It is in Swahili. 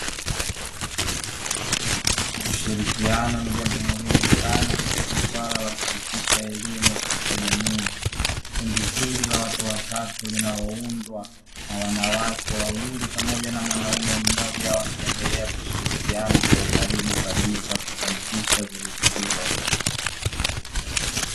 Ushirikiano ni jambo muhimu sana katika swala la kufikisha elimu katika jamii. Kundi hili la watu watatu linaloundwa na wanawake wawili pamoja na mwanume mmoja, wakiendelea kushirikiana kwa ukaribu kabisa kufanikisha zoezi hilo.